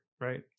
Right